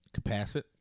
Capacit